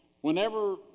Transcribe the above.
Whenever